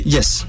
Yes